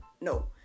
no